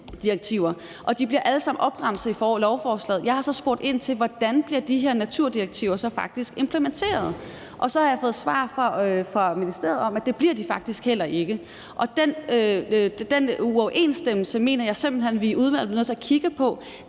og de bliver alle sammen opremset i lovforslaget. Jeg har så spurgt ind til, hvordan de her naturdirektiver så faktisk bliver implementeret, og jeg har så fået svar fra ministeriet om, at det bliver de faktisk heller ikke. Og den uoverensstemmelse mener jeg simpelt hen vi i udvalget bliver